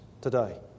today